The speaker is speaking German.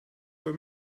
für